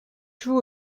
joue